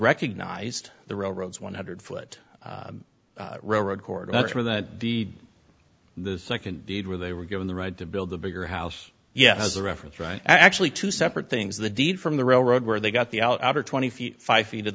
recognized the railroads one hundred foot railroad court after that the the second deed where they were given the right to build a bigger house yet as a reference right actually two separate things the deed from the railroad where they got the outer twenty five feet of